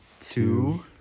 Two